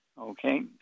Okay